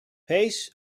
pace